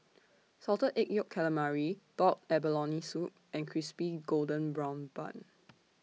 Salted Egg Yolk Calamari boiled abalone Soup and Crispy Golden Brown Bun